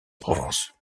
provence